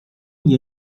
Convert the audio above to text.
nie